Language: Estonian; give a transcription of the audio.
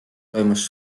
toimus